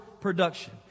production